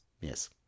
yes